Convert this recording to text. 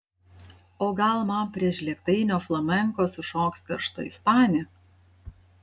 o gal man prie žlėgtainio flamenko sušoks karšta ispanė